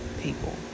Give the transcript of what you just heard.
people